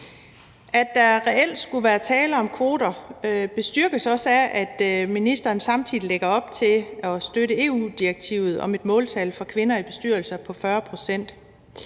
At der reelt skulle være tale om kvoter, bestyrkes også af, at ministeren samtidig lægger op til at støtte EU-direktivet om et måltal for kvinder i bestyrelser på 40 pct.